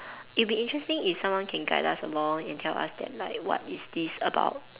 it will be interesting if someone can guide us along and tell us that like what is this about